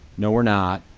no, we're not.